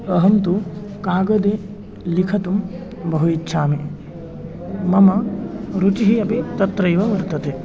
अहं तु कागदे लिखितुं बहु इच्छामि मम रुचिः अपि तत्रैव वर्तते